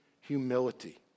humility